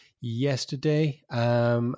yesterday